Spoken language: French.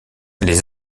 les